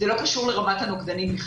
זה בכלל לא קשור לרמת הנוגדנים.